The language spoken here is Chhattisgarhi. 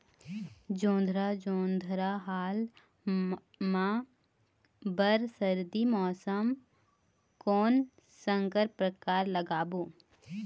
जोंधरा जोन्धरा हाल मा बर सर्दी मौसम कोन संकर परकार लगाबो?